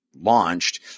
launched